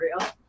real